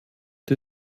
die